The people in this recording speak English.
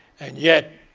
and yet,